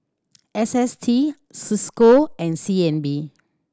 S S T Cisco and C N B